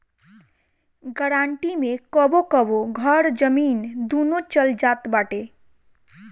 guarantee मे कबो कबो घर, जमीन, दूनो चल जात बाटे